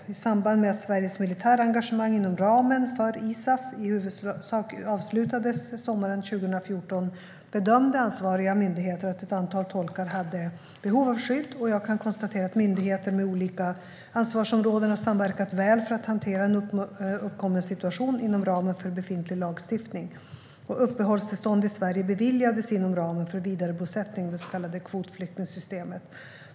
I samband med att Sveriges militära engagemang inom ramen för ISAF i huvudsak avslutades sommaren 2014 bedömde ansvariga myndigheter att ett antal tolkar hade behov av skydd, och jag kan konstatera att myndigheter med olika ansvarsområden har samverkat väl för att hantera en uppkommen situation inom ramen för befintlig lagstiftning. Uppehållstillstånd i Sverige beviljades inom ramen för vidarebosättning i det så kallade kvotflyktingsystemet.